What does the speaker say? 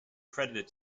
credited